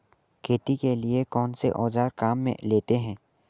खेती के लिए कौनसे औज़ार काम में लेते हैं?